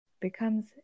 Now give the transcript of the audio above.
becomes